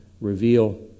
reveal